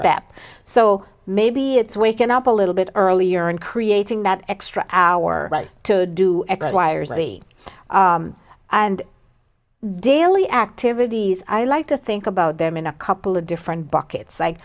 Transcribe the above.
step so maybe it's waking up a little bit earlier and creating that extra hour to do x y or z and daily activities i like to think about them in a couple of different buckets like